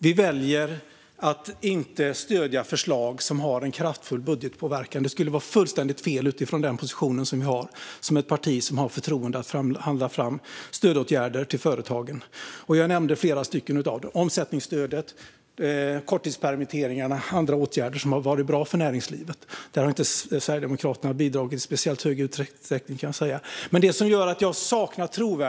Vi väljer att inte stödja förslag som har en kraftfull budgetpåverkan. Det skulle vara fullständigt fel utifrån vår position som ett parti som har förtroende att förhandla fram stödåtgärder till företagen. Jag nämnde flera av dem: omsättningsstödet, korttidspermitteringarna och andra åtgärder som har varit bra för näringslivet. Där har Sverigedemokraterna inte bidragit i speciellt stor utsträckning.